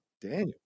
Daniel